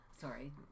Sorry